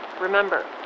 Remember